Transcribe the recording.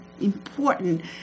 important